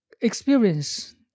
experience